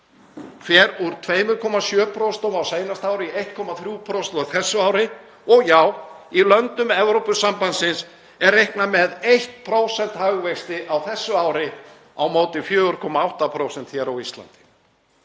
fer úr 2,7% á seinasta ári í 1,3% á þessu ári og já, í löndum Evrópusambandsins er reiknað með 1% hagvexti á þessu ári á móti 4,8% hér á Íslandi.